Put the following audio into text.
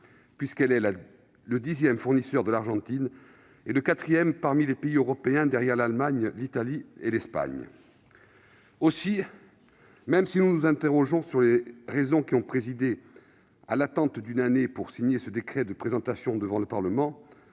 : elle est le dixième fournisseur de l'Argentine et le quatrième parmi les pays européens, derrière l'Allemagne, l'Italie et l'Espagne. Aussi, même si nous nous interrogeons sur les raisons qui ont justifié d'attendre une année avant de signer le décret de présentation de l'avenant